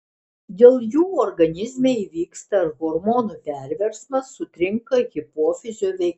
dėl jų organizme įvyksta hormonų perversmas sutrinka hipofizio veikla